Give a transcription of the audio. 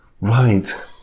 Right